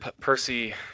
Percy